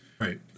Right